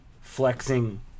flexing